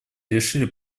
решили